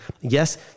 Yes